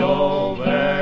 over